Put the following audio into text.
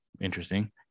Interesting